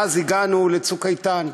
ואז הגענו ל"צוק איתן",